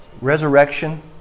resurrection